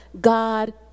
God